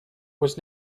was